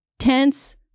Tense